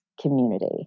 community